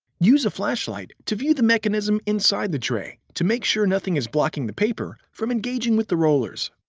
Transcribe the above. use a flashlight to view the mechanism inside the tray to make sure nothing is blocking the paper from engaging with the rollers.